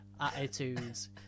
attitudes